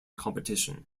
competition